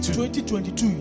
2022